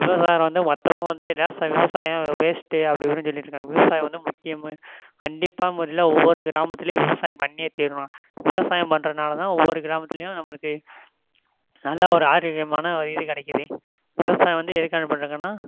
விவசாயம் வந்து மற்றவங்க வந்து விவசாயம் விவசாயம் வேஸ்ட்டு அப்படி இப்படின்னு சொல்லிட்டு இருக்காங்க விவசாயம் வந்து முக்கியமே கண்டிப்பான முறையில் ஒவ்வொரு கிராமத்துலேயும் விவசாயம் பண்ணியே தீரணும் விவசாயம் பண்ணுறதுனால தான் ஒவ்வொரு கிராமத்துலேயும் நம்மளுக்கு நல்ல ஒரு ஆரோக்கியமான ஒரு இது கிடைக்குது விவசாயம் வந்து எதுக்காண்டி பண்ணுறாங்கன்னா